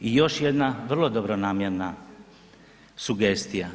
I još jedna vrlo dobronamjerna sugestija.